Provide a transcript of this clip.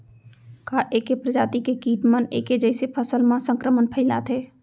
का ऐके प्रजाति के किट मन ऐके जइसे फसल म संक्रमण फइलाथें?